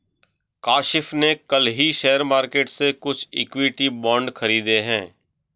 काशिफ़ ने कल ही शेयर मार्केट से कुछ इक्विटी बांड खरीदे है